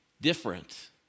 Different